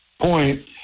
point